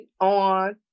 on